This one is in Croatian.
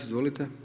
Izvolite.